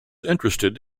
interested